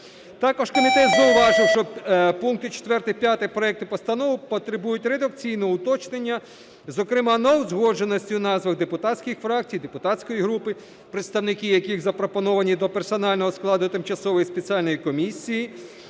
Також комітет зауважив, що пункти 4 і 5 проекту постанови потребують редакційного уточнення, зокрема неузгодженості в назвах депутатських фракцій, депутатської групи, представники яких запропоновані до персонального складу тимчасової спеціальної комісії,